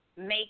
make